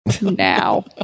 now